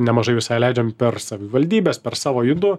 nemažai visai leidžiam per savivaldybes per savo judu